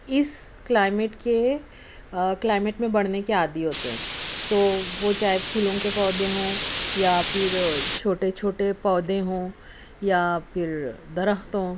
اس climate کے climate میں بڑھنے کے عادی ہوتے ہیں تو وہ چاہے پھولوں کے پودے ہوں یا پھر چھوٹے چھوٹے پودے ہوں یا پھر درخت ہوں